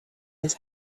his